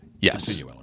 Yes